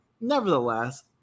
nevertheless